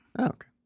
Okay